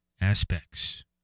aspects